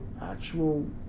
actual